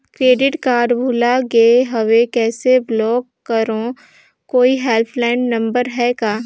Credit card भुला गे हववं कइसे ब्लाक करव? कोई हेल्पलाइन नंबर हे का?